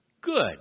Good